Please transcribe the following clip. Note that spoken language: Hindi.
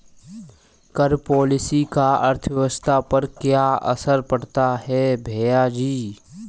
कर पॉलिसी का अर्थव्यवस्था पर क्या असर पड़ता है, भैयाजी?